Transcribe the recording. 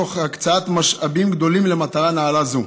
תוך הקצאת משאבים גדולים למטרה נעלה זו,